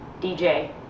DJ